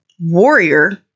warrior